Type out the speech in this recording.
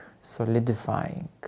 solidifying